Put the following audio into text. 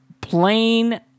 plain